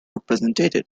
represented